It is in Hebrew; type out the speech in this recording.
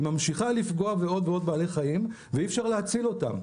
היא ממשיכה לפגוע בעוד בעלי חיים ואי אפשר להציל אותם.